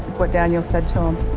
what daniel said to him,